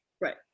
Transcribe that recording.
Right